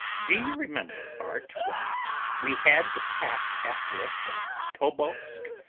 do you remember, art, when we had the pack after us at tobolsk?